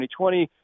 2020